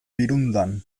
birundan